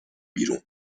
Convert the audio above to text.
بیرون